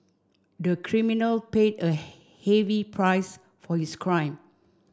the criminal paid a heavy price for his crime